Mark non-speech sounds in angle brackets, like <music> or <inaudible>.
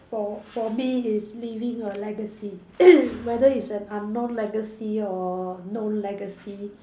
for for me is leaving a legacy <coughs> whether it's an unknown legacy or known legacy